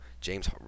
James